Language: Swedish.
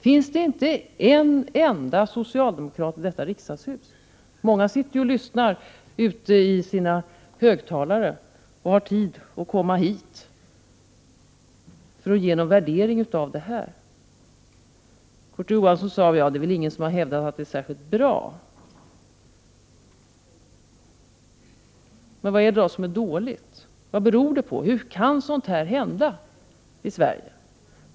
Finns det inte en enda socialdemokrat i detta riksdagshus som vill — många sitter och lyssnar vid sina högtalare — och har tid att komma hit för att göra en värdering av detta? Kurt Ove Johansson sade att ingen har hävdat att detta är särskilt bra. Men vad är det som är dåligt? Vad beror det på? Hur kan sådant här hända i Sverige?